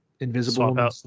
Invisible